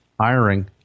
hiring